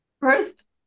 first